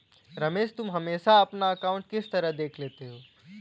रमेश तुम हमेशा अपना अकांउट किस तरह देख लेते हो?